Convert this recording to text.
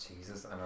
Jesus